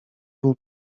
był